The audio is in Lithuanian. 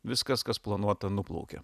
viskas kas planuota nuplaukė